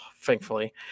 thankfully